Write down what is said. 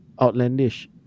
outlandish